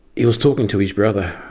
he was talking to his brother